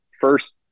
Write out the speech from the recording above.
first